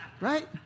Right